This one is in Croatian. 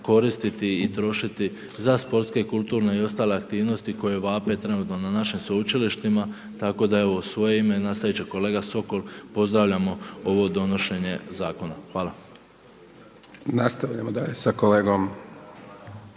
koristiti i trošiti za sportske, kulturne i ostale aktivnosti koje vape na našem sveučilištima tako da evo u svoje ime, nastavit će kolega Sokol, pozdravljamo ovo donošenje zakona. Hvala. **Hajdaš Dončić,